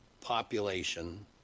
population